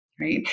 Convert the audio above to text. right